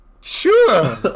Sure